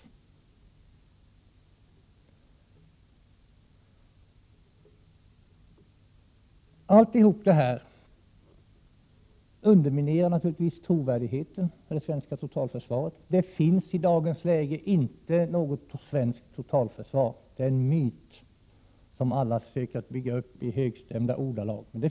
Allt detta underminerar naturligtvis trovärdigheten i det svenska totalförsvaret. Det finns inte i dagens läge något svenskt totalförsvar. Det är en myt som alla försöker bygga upp i högstämda ordalag.